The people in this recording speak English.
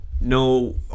no